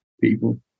people